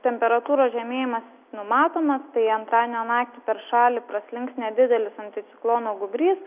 temperatūros žemėjimas numatomas tai antradienio naktį per šalį praslinks nedidelis anticiklono gūbrys